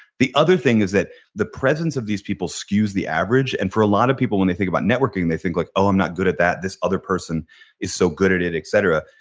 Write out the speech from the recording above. the other thing is that the presence of these people skews the average and for a lot of people when they think about networking they think like, oh i'm not good at that. this other person is so good at it et cetera.